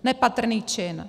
Nepatrný čin.